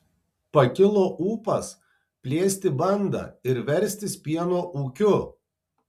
pakilo ūpas plėsti bandą ir verstis pieno ūkiu